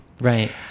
right